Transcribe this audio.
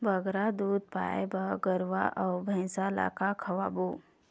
बगरा दूध पाए बर गरवा अऊ भैंसा ला का खवाबो?